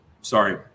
sorry